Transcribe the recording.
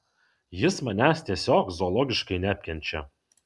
jis manęs tiesiog zoologiškai neapkenčia